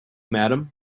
madam